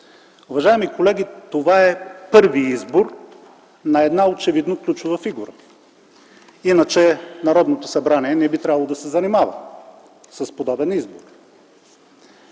Уважаеми колеги, това е първият избор на една очевидно ключова фигура. Иначе Народното събрание не би трябвало да се занимава с подобен избор.